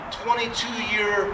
22-year